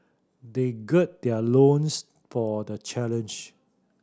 they gird their loins for the challenge